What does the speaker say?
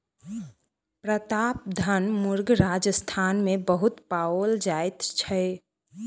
प्रतापधन मुर्ग राजस्थान मे बहुत पाओल जाइत छै